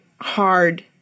hard